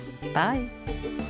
Bye